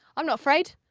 i'm not afraid.